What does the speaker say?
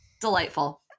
Delightful